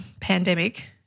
pandemic